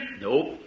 Nope